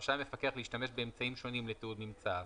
רשאי מפקח להשתמש באמצעים שונים לתיעוד ממצאיו.